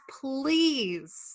please